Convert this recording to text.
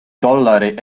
dollari